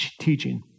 teaching